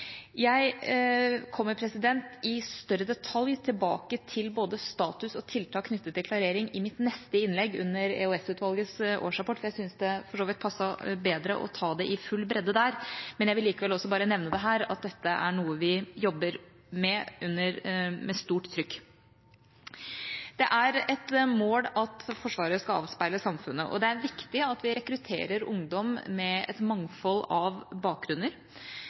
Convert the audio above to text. Jeg kommer mer i detalj tilbake til både status og tiltak knyttet til klarering i mitt neste innlegg, i forbindelse med EOS-utvalgets årsrapport. Jeg syns det for så vidt passer bedre å ta det i full bredde der. Jeg vil likevel bare nevne her at dette er noe vi jobber med, med stort trykk. Det er et mål at Forsvaret skal avspeile samfunnet, og det er viktig at vi rekrutterer ungdom med et mangfold av bakgrunner.